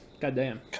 Goddamn